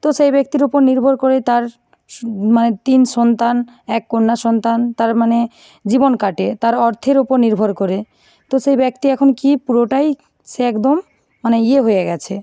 তো সেই ব্যক্তির ওপর নির্ভর করে তার মানে তিন সন্তান এক কন্যা সন্তান তার মানে জীবন কাটে তার অর্থের ওপর নির্ভর করে তো সেই ব্যক্তি এখন কী পুরোটাই সে একদম মানে ইয়ে হয়ে গেছে